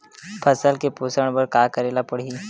फसल के पोषण बर का करेला पढ़ही?